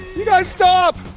you guys stop!